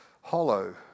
hollow